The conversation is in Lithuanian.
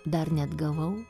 dar neatgavau